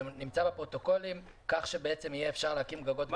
נמצא בפרוטוקולים כך שאפשר יהיה להקים גגות יותר ---.